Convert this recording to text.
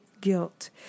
guilt